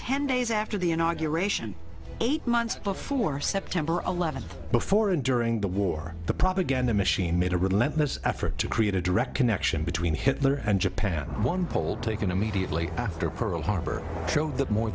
ten days after the inauguration eight months before september eleventh before and during the war the propaganda machine made a relentless effort to create a direct connection between hitler and japan one poll taken immediately after pearl harbor showed that more